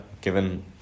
given